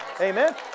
amen